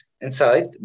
inside